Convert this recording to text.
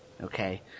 okay